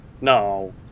No